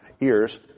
ears